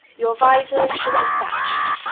your visor should be thatch'd.